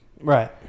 Right